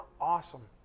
awesome